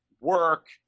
work